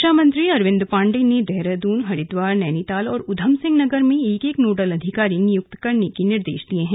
शिक्षा मंत्री अरविन्द पाण्डेय ने देहरादून हरिद्वार नैनीताल और ऊधमसिंह नगर में एक एक नोडल अधिकारी नियुक्त करने के निर्देश दिये हैं